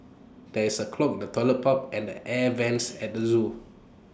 there is A clog in the Toilet Pipe and the air Vents at the Zoo